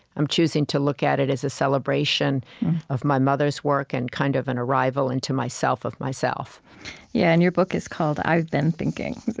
i'm choosing to look at it as a celebration of my mother's work and kind of an arrival into myself, of myself yeah and your book is called i've been thinking